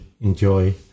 enjoy